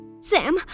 Sam